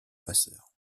passeur